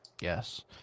Yes